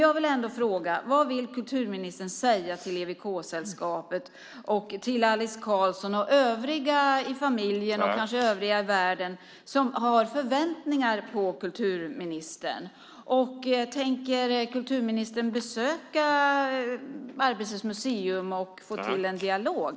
Jag vill ändå fråga: Vad vill kulturministern säga till EWK-sällskapet, Alice Karlsson och övriga i familjen - och kanske även den övriga världen - som har förväntningar på kulturministern? Tänker kulturministern besöka Arbetets museum och få i gång en dialog?